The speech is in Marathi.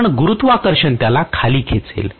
कारण गुरुत्वाकर्षण त्याला खाली खेचेल